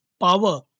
power